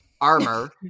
armor